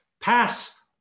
pass